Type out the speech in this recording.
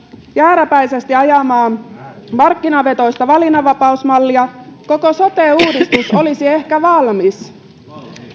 jääräpäisesti ajamaa markkinavetoista valinnanvapausmallia koko sote uudistus olisi ehkä valmis